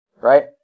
right